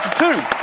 two!